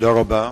תודה רבה.